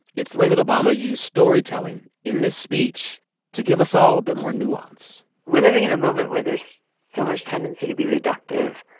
it's the way that obama used storytelling in this speech to give us all a bit more nuance we're living in a moment where there's so much tendency to be reductive